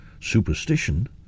Superstition